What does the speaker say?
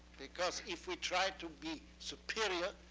because if we try to be superior,